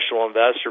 investor